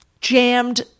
jammed